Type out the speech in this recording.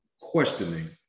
questioning